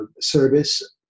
service